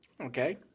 Okay